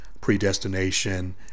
predestination